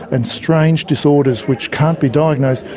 and strange disorders which can't be diagnosed,